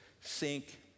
sink